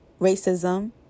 racism